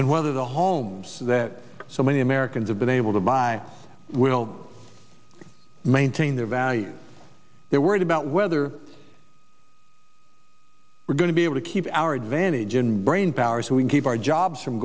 and whether the homes that so many americans have been able to buy will maintain the value they're worried about whether we're going to be able to keep our advantage in brainpower so we keep our jobs from